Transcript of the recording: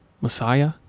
Messiah